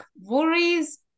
worries